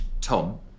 Tom